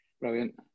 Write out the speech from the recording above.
Brilliant